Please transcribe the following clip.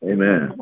Amen